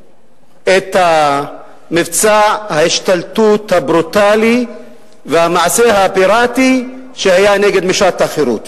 את מבצע ההשתלטות הברוטלי והמעשה הפיראטי שהיה נגד משט החירות.